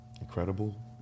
Incredible